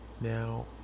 now